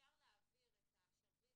שאפשר להעביר את השרביט